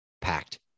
packed